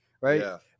right